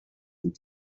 into